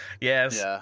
Yes